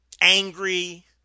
angry